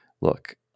look